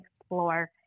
explore